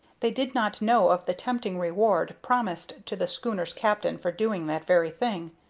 they did not know of the tempting reward promised to the schooner's captain for doing that very thing,